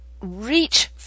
reach